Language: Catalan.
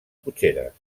cotxeres